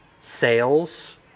sales